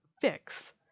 fix